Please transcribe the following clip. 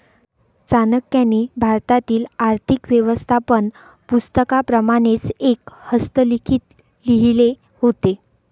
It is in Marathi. चाणक्याने भारतातील आर्थिक व्यवस्थापन पुस्तकाप्रमाणेच एक हस्तलिखित लिहिले होते